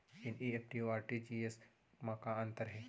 NEFT अऊ RTGS मा का अंतर हे?